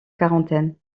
quarantaine